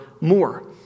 more